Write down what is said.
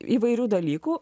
įvairių dalykų